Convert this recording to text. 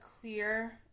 clear